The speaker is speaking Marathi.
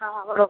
हां हां बरोबर